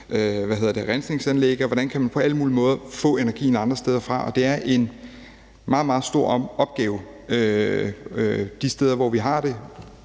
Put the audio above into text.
hvordan man på alle mulige måder kan få energien andre steder fra, og det er en meget, meget stor opgave de steder, hvor vi har det.